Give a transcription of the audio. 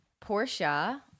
Portia